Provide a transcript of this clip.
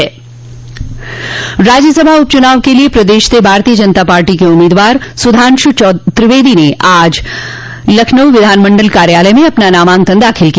राज्यसभा उप चूनाव के लिये प्रदेश से भारतीय जनता पार्टी के उम्मीदवार सुधांशु त्रिवेदी ने आज लखनऊ विधानमंडल कार्यालय में अपना नामांकन दाखिल किया